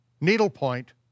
needlepoint